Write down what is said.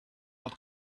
not